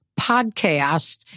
PODCAST